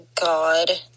god